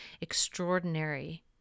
extraordinary